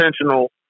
intentional